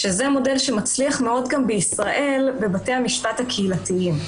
זה מודל שמצליח מאוד גם בישראל בבתי המשפט הקהילתיים.